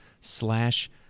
slash